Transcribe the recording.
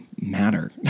matter